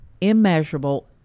immeasurable